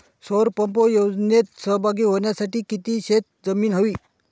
सौर पंप योजनेत सहभागी होण्यासाठी किती शेत जमीन हवी?